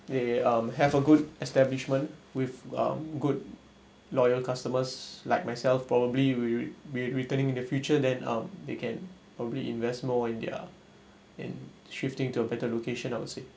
they um have a good establishment with um good loyal customers like myself probably will be re~ returning in the future then um they can probably invest more in their in shifting to a better location I would say